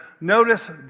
Notice